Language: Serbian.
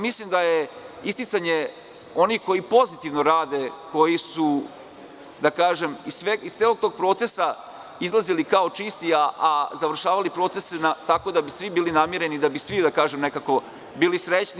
Mislim da je isticanje onih koji pozitivno rade, koji su iz celog tog procesa izlazili kao čisti, a završavali procese tako da bi svi bili namireni, da bi svi bili srećni.